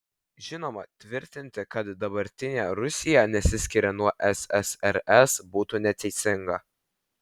žinoma tvirtinti kad dabartinė rusija nesiskiria nuo ssrs būtų neteisinga